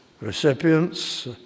recipients